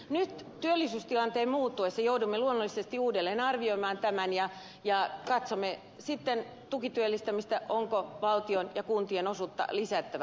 nyt työllisyystilanteen muuttuessa joudumme luonnollisesti uudelleen arvioimaan tämän ja katsomme sitten tukityöllistämistä onko valtion ja kuntien osuutta lisättävä